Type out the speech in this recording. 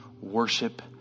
worship